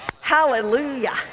Hallelujah